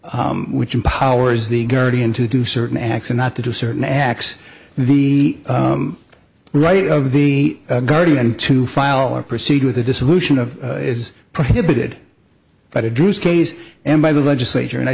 which empowers the guardian to do certain acts and not to do certain acts the right of the guardian to file or proceed with the dissolution of is prohibited by the drews case and by the legislature and i